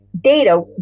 data